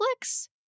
Netflix